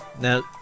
now